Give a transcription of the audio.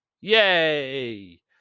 Yay